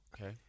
Okay